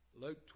Luke